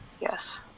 Yes